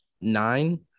nine